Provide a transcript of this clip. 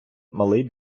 малий